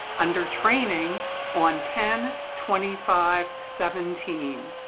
under training on ten twenty five seventeen.